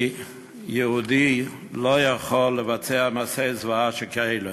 כי יהודי לא יכול לבצע מעשי זוועה שכאלה.